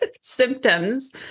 symptoms